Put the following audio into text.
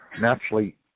naturally